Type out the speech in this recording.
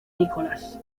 nicolas